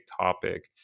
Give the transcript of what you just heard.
topic